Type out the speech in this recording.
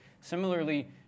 Similarly